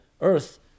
earth